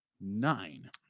nine